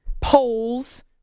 polls